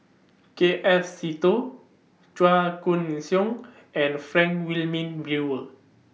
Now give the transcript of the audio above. K F Seetoh Chua Koon Siong and Frank Wilmin Brewer